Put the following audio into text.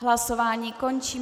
Hlasování končím.